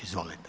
Izvolite.